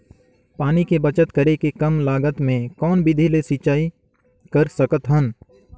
पानी के बचत करेके कम लागत मे कौन विधि ले सिंचाई कर सकत हन?